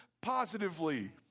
positively